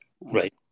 Right